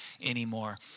anymore